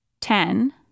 Ten